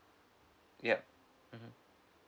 yup mmhmm